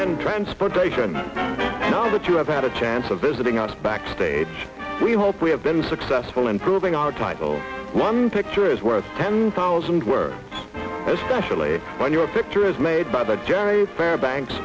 and transportation and all that you have had a chance of visiting us backstage we hope we have been successful in proving our title one picture is worth ten thousand were especially when your picture is made by the gerry fair banks